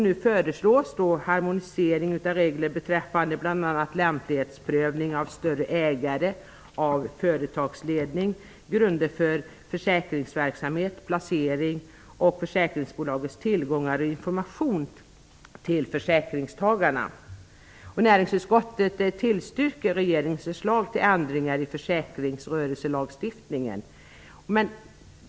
Nu föreslås harmonisering av regler beträffande bl.a. lämplighetsprövning av större ägare och av företagsledning, grunder för försäkringsverksamhet, placering av försäkringsbolagens tillgångar och information till försäkringstagarna. Näringsutskottet tillstyrker regeringens förslag till ändringar i försäkringsrörelselagstiftningen.